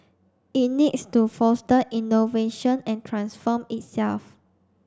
it needs to foster innovation and transform itself